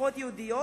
משפחות יהודיות,